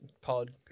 pod